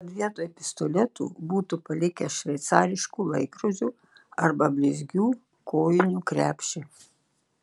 kad vietoj pistoletų būtų palikę šveicariškų laikrodžių arba blizgių kojinių krepšį